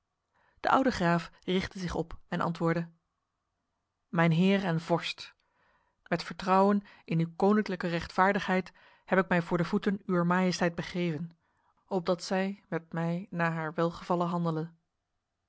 de oude graaf richtte zich op en antwoordde mijn heer en vorst met vertrouwen in uw koninklijke rechtvaardigheid heb ik mij voor de voeten uwer majesteit begeven opdat zij met mij na haar welgevallen handele